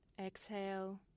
Exhale